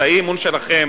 את האי-אמון שלכם?